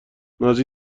نازی